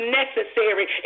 necessary